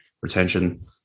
retention